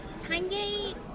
TimeGate